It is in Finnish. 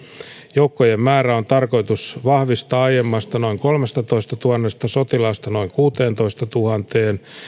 joukkojen määrää on tarkoitus vahvistaa aiemmasta noin kolmestatoistatuhannesta sotilaasta noin kuuteentoistatuhanteen